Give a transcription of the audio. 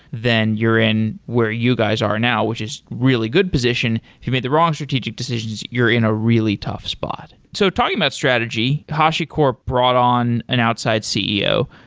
then you're in where you guys are now, which is really good position. you made the wrong strategic decisions, you're in a really tough spot. so talking about strategy, hashicorp brought on an outside ceo.